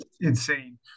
insane